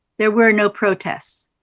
there were no protests.